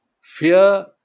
fear